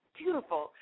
beautiful